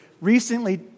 recently